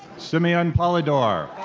simeon pollydore.